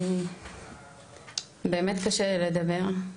באמת קשה לי לדבר.